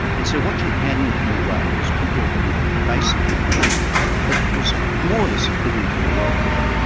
and so what you had, and in a way, was people having a basic income that was more or less equivalent to their welfare,